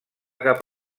cap